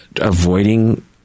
avoiding